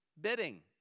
bidding